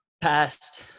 past